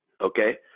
Okay